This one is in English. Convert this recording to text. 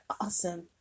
Awesome